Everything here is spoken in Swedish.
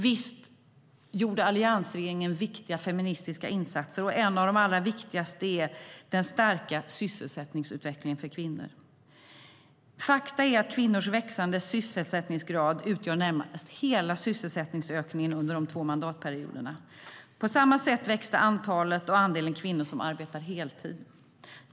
Visst gjorde alliansregeringen viktiga feministiska insatser. En av de allra viktigaste gäller den starka sysselsättningsutvecklingen för kvinnor. Faktum är att kvinnors växande sysselsättningsgrad utgör närmast hela sysselsättningsökningen under de två mandatperioderna. På samma sätt växte antalet och andelen kvinnor som arbetar heltid.